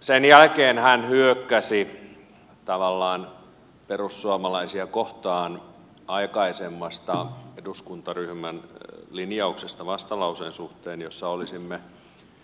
sen jälkeen hän hyökkäsi tavallaan perussuomalaisia kohtaan aikaisemmasta eduskuntaryhmän linjauksesta vastalauseen suhteen jossa olisimme